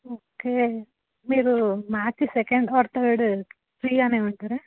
okay మీరు March second or third ఫ్రీగా ఉంటారా